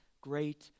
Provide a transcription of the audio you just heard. great